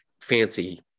fancy